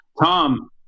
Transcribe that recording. Tom